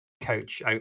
coach